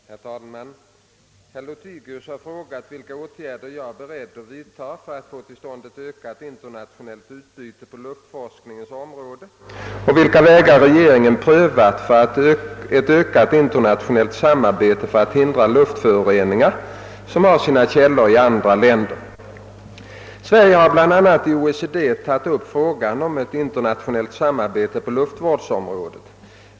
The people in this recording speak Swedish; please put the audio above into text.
Herr talman! Herr Lothigius har frågat vilka åtgärder jag är beredd att vidta för att få till stånd ett ökat internationellt utbyte på luftvårdsforskningens område och vilka vägar regeringen prövat för ett ökat internationellt samarbete för att hindra luftföroreningar som har sina källor i andra länder. Sverige har bl.a. i OECD tagit upp frågan om ett internationellt samarbete på luftvårdsområdet.